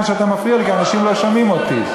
שאתה מפריע לי כי אנשים לא שומעים אותי.